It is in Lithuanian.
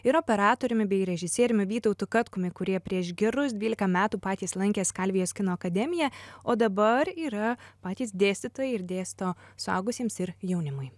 ir operatoriumi bei režisieriumi vytautu katkumi kurie prieš gerus dvylika metų patys lankė skalvijos kino akademiją o dabar yra patys dėstytojai ir dėsto suaugusiems ir jaunimui